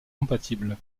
compatibles